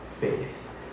faith